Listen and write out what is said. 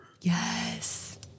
Yes